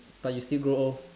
but you still grow old